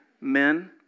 Men